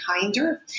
kinder